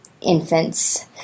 infants